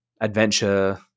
adventure